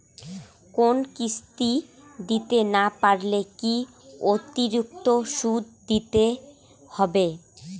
কোনো কিস্তি দিতে না পারলে কি অতিরিক্ত সুদ দিতে হবে?